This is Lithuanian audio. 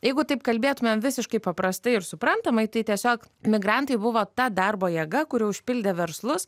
jeigu taip kalbėtumėm visiškai paprastai ir suprantamai tai tiesiog migrantai buvo ta darbo jėga kuri užpildė verslus